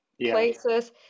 places